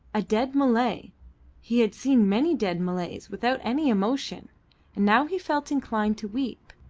a dead malay he had seen many dead malays without any emotion and now he felt inclined to weep,